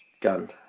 Gun